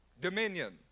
Dominion